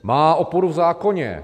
Má oporu v zákoně.